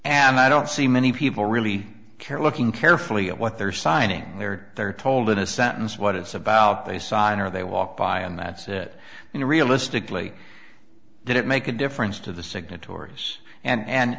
and i don't see many people really care looking carefully at what they're signing and they're they're told in a sentence what it's about they sign or they walk by and that's it in a realistically did it make a difference to the signatories and